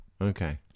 Okay